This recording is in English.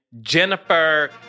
Jennifer